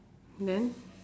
then